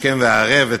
השכם והערב,